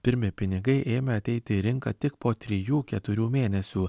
pirmi pinigai ėmė ateiti į rinką tik po trijų keturių mėnesių